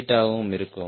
8 ஆகவும் இருக்கும்